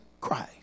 Christ